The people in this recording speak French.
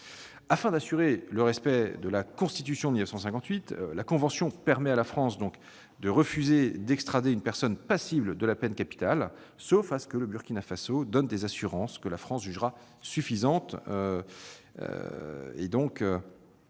Afin d'assurer le respect de la Constitution de 1958, la convention permet à la France de refuser d'extrader une personne passible de la peine capitale, sauf à ce que le Burkina Faso donne des assurances que notre pays jugera suffisantes.